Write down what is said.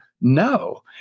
No